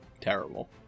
terrible